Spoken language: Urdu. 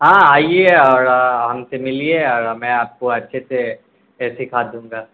ہاں آئیے اور ہم سے ملیے اور میں آپ کو اچھے سے سکھا دوں گا